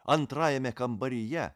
antrajame kambaryje